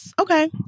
Okay